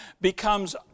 becomes